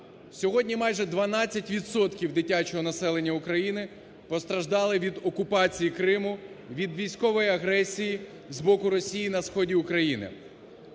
Сьогодні майже 12 відсотків дитячого населення України постраждали від окупації Криму, від військової агресії з боку Росії на сході України.